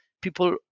people